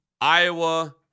Iowa